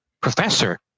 professor